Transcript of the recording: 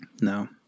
No